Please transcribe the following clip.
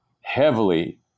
heavily